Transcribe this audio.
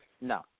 No